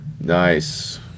Nice